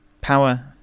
power